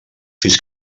fins